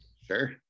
Sure